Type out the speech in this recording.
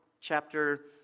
chapter